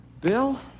Bill